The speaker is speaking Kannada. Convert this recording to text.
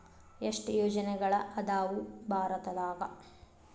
ಎಷ್ಟ್ ಯೋಜನೆಗಳ ಅದಾವ ಭಾರತದಾಗ?